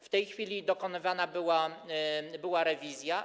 W tej chwili dokonywana była rewizja.